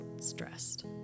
stressed